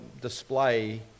display